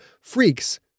Freaks